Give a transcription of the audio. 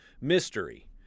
mystery